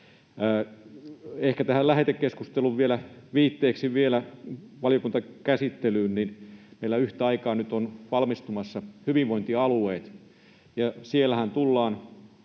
Ehkä tähän lähetekeskusteluun vielä viitteeksi valiokuntakäsittelyyn: meillä on nyt yhtä aikaa valmistumassa hyvinvointialueet, ja siellähän tullaan